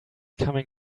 coming